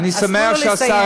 אז תנו לו לסיים.